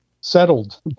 settled